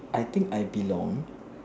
I think I belong